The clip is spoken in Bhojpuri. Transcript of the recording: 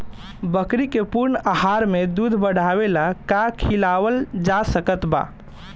बकरी के पूर्ण आहार में दूध बढ़ावेला का खिआवल जा सकत बा?